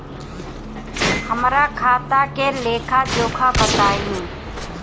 हमरा खाता के लेखा जोखा बताई?